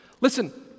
Listen